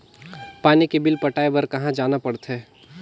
पानी के बिल पटाय बार कहा जाना पड़थे?